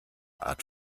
art